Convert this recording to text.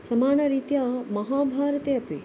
समानरीत्या महाभारते अपि